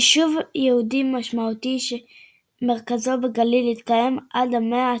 יישוב יהודי משמעותי שמרכזו בגליל התקיים עד המאה